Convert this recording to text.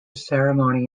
ceremony